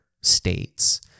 states